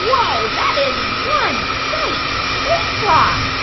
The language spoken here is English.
whoa. that is one bright space rock.